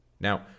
Now